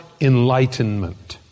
enlightenment